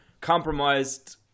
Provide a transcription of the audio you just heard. Compromised